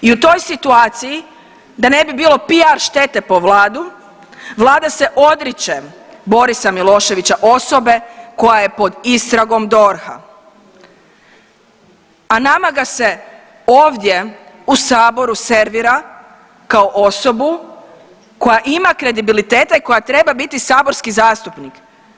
I u toj situaciji da ne bi bilo PR štete po vladu, vlada se odriče Borisa Miloševića osobe koja je pod istragom DORH-a, a nama ga se ovdje u saboru servira kao osobu koja ima kredibilitete koja treba biti saborski zastupnik.